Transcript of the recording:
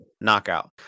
knockout